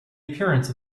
appearance